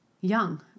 young